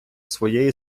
своєї